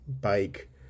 bike